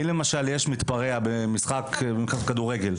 אם יש מתפרע במשחק כדורגל,